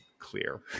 Clear